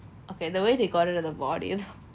okay the way they got rid of the bodies